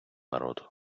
народ